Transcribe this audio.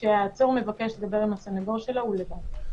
כשהעצור מבקש לדבר עם הסנגור שלו, הוא לבד.